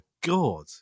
God